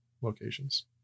locations